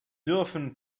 dürfen